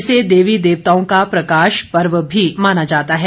इसे देवी देवताओं का प्रकाश पर्व भी माना जाता है